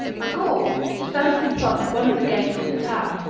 a gaul, standing in front of one of the gates of the town,